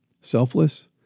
Selfless